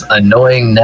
annoying